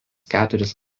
keturis